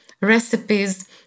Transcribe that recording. recipes